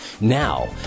Now